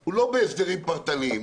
הוא לא בהסדרים פרטניים